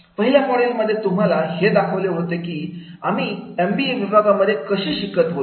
पहिल्या मॉडेलमध्ये तुम्हाला हे दाखवले होते की आम्ही एमबीए विभागामध्ये कसे शिकत होतो